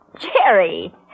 Jerry